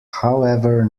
however